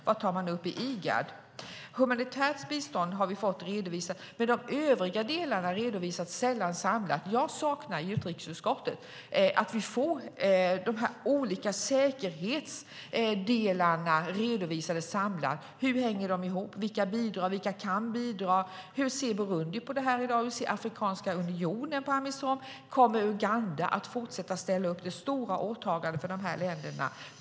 Vad tar man upp i Igad? Humanitärt bistånd har vi fått redovisat. Men de övriga delarna redovisas sällan samlat. Jag saknar detta i utrikesutskottet; vi borde få de olika säkerhetsdelarna redovisade samlat. Hur hänger de ihop? Vilka bidrar? Vilka kan bidra? Hur ser Burundi på detta i dag? Hur ser Afrikanska unionen på Amisom? Kommer Uganda att fortsätta ställa upp? Det är stora åtaganden för de här länderna.